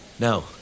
No